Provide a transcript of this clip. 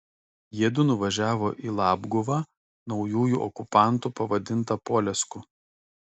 jiedu nuvažiavo į labguvą naujųjų okupantų pavadintą polesku